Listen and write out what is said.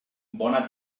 bona